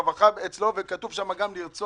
ואז זה מגיע